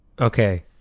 Okay